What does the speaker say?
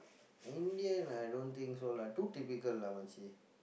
Indian I don't think so lah too typical lah